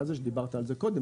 אתה זה שדיברת על זה קודם,